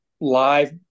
live